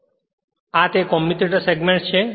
અને આ તે કમ્યુટેટર સેગમેન્ટ છે